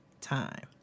time